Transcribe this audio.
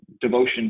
devotion